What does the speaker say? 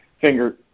finger